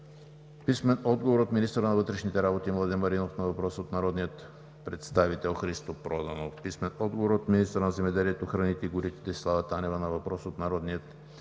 Димов Иванов; - министъра на вътрешните работи Младен Маринов на въпрос от народния представител Христо Проданов; - министъра на земеделието, храните и горите Десислава Танева на въпрос от народния